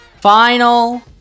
Final